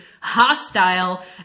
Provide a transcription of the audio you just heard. hostile